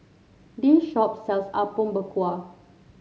this shop sells Apom Berkuah